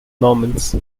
normans